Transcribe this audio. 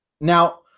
Now